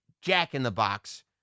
jack-in-the-box